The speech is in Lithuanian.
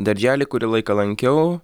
darželį kurį laiką lankiau